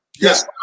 Yes